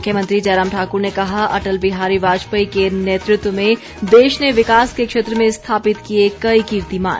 मुख्यमंत्री जयराम ठाकुर ने कहा अटल बिहारी वाजपेयी के नेतृत्व में देश ने विकास के क्षेत्र में स्थापित किए कई कीर्तिमान